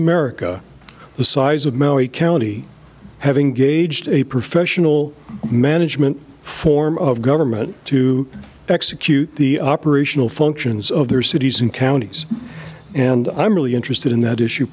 america the size of maui county having gauged a professional management form of government to execute the operational functions of their cities and counties and i'm really interested in that issue